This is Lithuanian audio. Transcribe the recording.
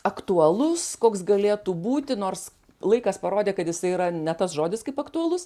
aktualus koks galėtų būti nors laikas parodė kad jisai yra ne tas žodis kaip aktualus